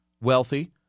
wealthy